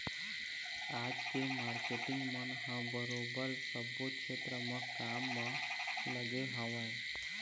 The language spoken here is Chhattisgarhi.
आज के मारकेटिंग मन ह बरोबर सब्बो छेत्र म काम म लगे हवँय